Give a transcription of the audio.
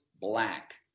black